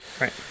Right